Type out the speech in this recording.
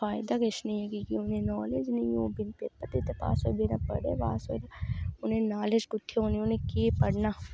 फायदा किश निं ऐ क्योंकि उ'नेंगी नॉलेज़ निं होगी ते पास होना बड़े पास होए दे नॉलेज़ कुत्थें होनी उ'नें केह् पढ़ना